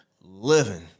Living